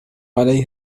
عليه